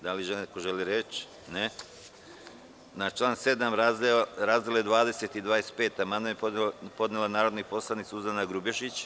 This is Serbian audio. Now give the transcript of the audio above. Da li neko želi reč? (Ne) Na član 7. razdele 20 i 25 amandman je podnela narodni poslanik Suzana Grubješić.